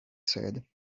said